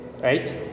right